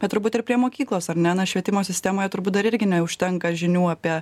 bet turbūt ir prie mokyklos ar ne na švietimo sistemoje turbūt dar irgi neužtenka žinių apie